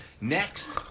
next